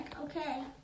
Okay